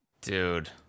Dude